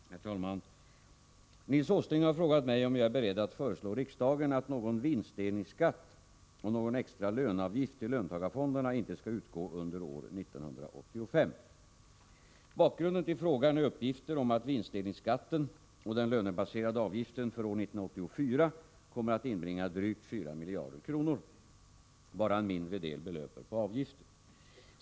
Herr talman! Nils Åsling har frågat mig om jag är beredd att föreslå riksdagen att någon vinstdelningsskatt och någon extra löneavgift till löntagarfonderna inte skall utgå under år 1985. Bakgrunden till frågan är uppgifter om att vinstdelningsskatten och den lönebaserade avgiften för år 1984 kommer att inbringa drygt 4 miljarder kronor. Bara en mindre del belöper på avgiften.